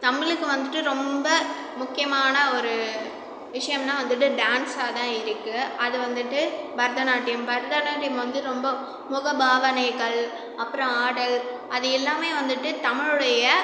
தமிழுக்கு வந்துவிட்டு ரொம்ப முக்கியமான ஒரு விஷியம்னா வந்துவிட்டு டான்ஸாகதான் இருக்கு அது வந்துட்டு பரதநாட்டியம் பரதநாட்டியம் வந்து ரொம்ப முகபாவனைகள் அப்புறம் ஆடல் அது எல்லாமே வந்துவிட்டு தமிழுடைய